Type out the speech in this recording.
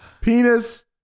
Penis